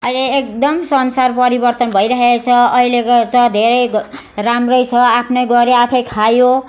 अहिले एकदम संसार परिवर्तन भइरहेको छ अहिलेको त धेरै राम्रो छ आफ्नो गर्यो आफै खायो